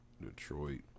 Detroit